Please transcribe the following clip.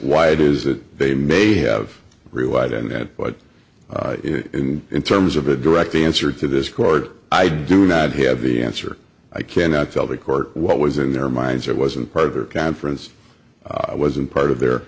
why it is that they may have relied on that but in terms of a direct answer to this court i do not have the answer i cannot tell the court what was in their minds i wasn't part of their conference i wasn't part of their